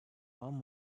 one